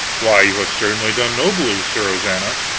why, you have certainly done nobly, sir ozana.